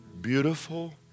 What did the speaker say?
beautiful